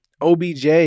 Obj